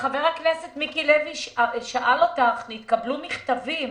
חבר הכנסת מיקי לוי אמר לך שהתקבלו מכתבים